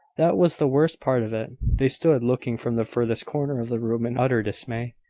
that was the worst part of it. they stood looking from the furthest corner of the room in utter dismay.